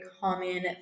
common